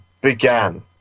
began